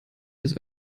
des